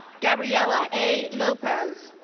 gabriela a. lopez.